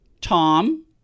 Tom